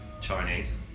Chinese